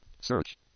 Search